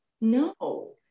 no